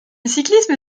cyclisme